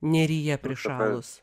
neryje prišalus